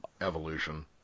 evolution